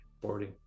boarding